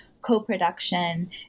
co-production